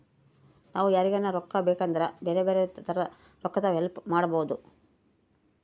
ನಾವು ಯಾರಿಗನ ರೊಕ್ಕ ಬೇಕಿದ್ರ ಬ್ಯಾರೆ ಬ್ಯಾರೆ ತರ ರೊಕ್ಕದ್ ಹೆಲ್ಪ್ ಮಾಡ್ಬೋದು